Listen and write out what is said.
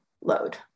load